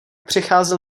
přicházel